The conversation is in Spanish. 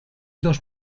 dos